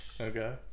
Okay